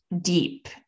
deep